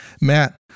Matt